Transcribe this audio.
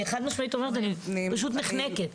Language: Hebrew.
אני מדברת ופשוט נחנקת.